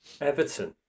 Everton